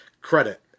credit